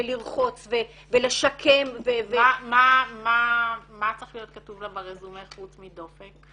לרחוץ ולשקם -- מה צריך להיות כתוב לה ברזומה חוץ מדופק?